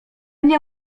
nie